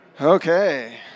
Okay